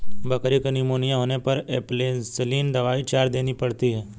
बकरी को निमोनिया होने पर एंपसलीन दवाई चार दिन देनी पड़ती है